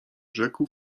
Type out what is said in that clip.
rzekł